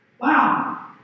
Wow